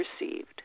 received